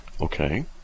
Okay